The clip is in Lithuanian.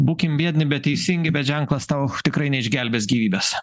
būkim biedni bet teisingi bet ženklas tau tikrai neišgelbės gyvybės